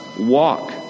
walk